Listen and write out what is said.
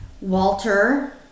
Walter